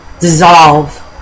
dissolve